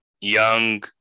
young